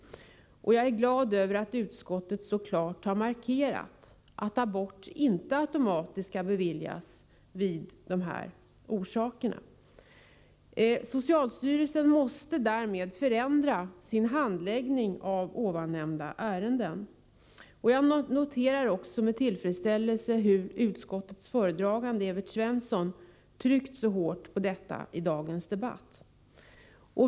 Jag är glad över att utskottet så klart har markerat att abort inte automatiskt skall beviljas av dessa orsaker. Socialstyrelsen måste därmed förändra sin handläggning av dessa ärenden. Jag noterade också med tillfredsställelse hur utskottets talesman Evert Svensson hårt tryckte på detta i dagens debatt.